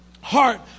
heart